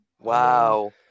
Wow